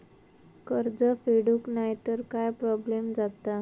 कर्ज फेडूक नाय तर काय प्रोब्लेम जाता?